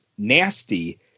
Nasty